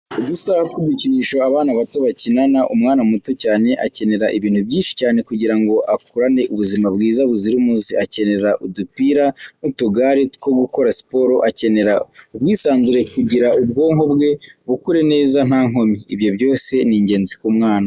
Udusaha tw'udukinisho abana bato bakinana. Umwana muto cyane akenera ibintu byinshi cyane kugira ngo akurane ubuzima bwiza buzira umuze, akenera adupira n'utugare two gukora siporo, akenera ubwisanzure kugira ubwonko bwe bukure neza nta nkomyi. Ibyo byose ni ingenzi ku mwana.